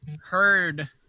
heard